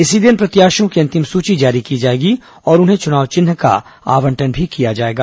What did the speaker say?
इसी दिन प्रत्याशियों की अंतिम सूची जारी की जाएगी और उन्हें चुनाव चिन्ह का आवंटन किया जाएगा